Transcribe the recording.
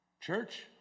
Church